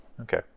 Okay